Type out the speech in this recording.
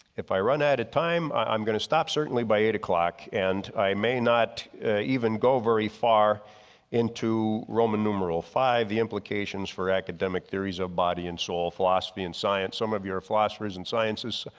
if i run out of time i'm going to stop certainly by eight o'clock. and i may not even go very far into roman numeral five, the implications for academic theories of body and soul, philosophy and science. some of your philosophers and science,